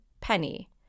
penny